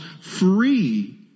free